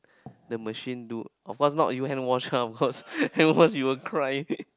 the machine do of course not you handwash ah cause handwash you will cry